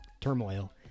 turmoil